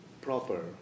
proper